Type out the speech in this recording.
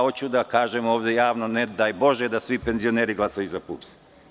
Hoću da kažem ovde javno – nedaj Bože da svi penzioneri glasaju za PUPS.